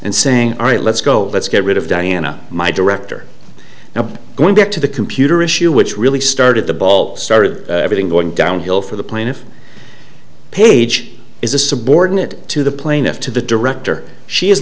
and saying all right let's go let's get rid of diana my director now going back to the computer issue which really started the ball started everything going down hill for the plaintiff page is a subordinate to the plaintiff to the director she is